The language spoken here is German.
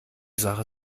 sache